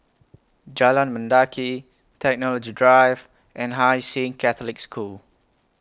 Jalan Mendaki Technology Drive and Hai Sing Catholic School